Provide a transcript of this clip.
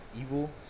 evil